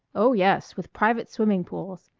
oh, yes, with private swimming pools.